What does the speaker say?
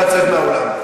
נא לצאת מהאולם.